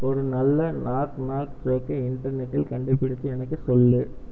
ஒரு நல்ல knock knock ஜோக்கை இன்டர்நெட்டில் கண்டுபிடிச்சு எனக்கு சொல்